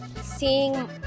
seeing